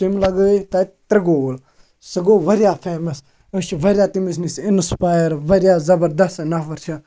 تٔمۍ لَگٲے تَتہِ ترٛےٚ گول سُہ گوٚو واریاہ فیمَس أسۍ چھِ واریاہ تٔمِس نِش اِنسپایر واریاہ زَبَردَس نَفَر چھِ